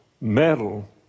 metal